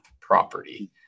property